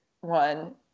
one